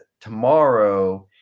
tomorrow –